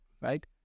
right